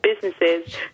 businesses